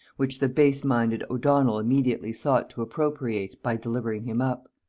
which the base-minded o'donnel immediately sought to appropriate by delivering him up.